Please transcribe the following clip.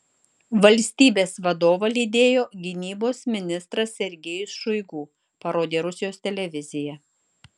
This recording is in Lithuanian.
valstybės vadovą lydėjo gynybos ministras sergejus šoigu parodė rusijos televizija